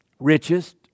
richest